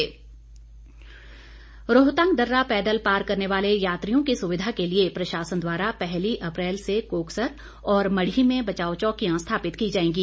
रोहतांग दर्रा रोहतांग दर्रा पैदल पार करने वाले यात्रियों की सुविधा के लिए प्रशासन द्वारा पहली अप्रैल से कोकसर और मढ़ी में बचाव चौकियां स्थापित की जाएंगी